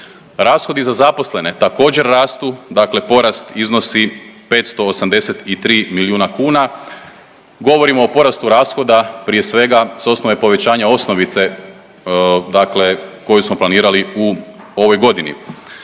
Rashodi za zaposlene također rastu, dakle porast iznosi 583 milijuna kuna. govorimo o porastu rashoda prije svega s osnove povećanja osnovice koje smo planirali u ovoj godini.